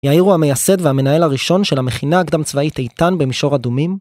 יאיר הוא המייסד והמנהל הראשון של המכינה הקדם צבאית איתן במישור אדומים